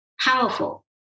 powerful